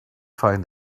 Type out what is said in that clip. find